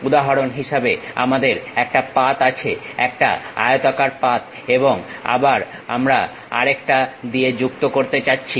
উদাহরণ হিসেবে আমাদের একটা পাত আছে একটা আয়তাকার পাত এবং আবার আমরা আরেকটা দিয়ে যুক্ত করতে চাচ্ছি